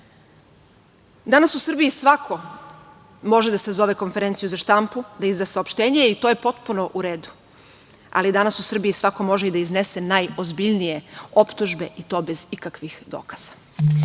u Srbiji svako može da sazove konferenciju za štampu, da izda saopštenje i to je potpuno u redu. Ali, danas u Srbiji svako može i da iznese najozbiljnije optužbe i to bez ikakvih dokaza.